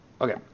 Okay